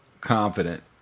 confident